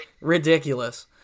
ridiculous